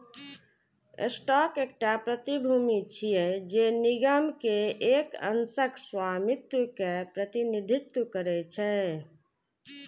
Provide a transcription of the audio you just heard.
stock एकटा प्रतिभूति छियै, जे निगम के एक अंशक स्वामित्व के प्रतिनिधित्व करै छै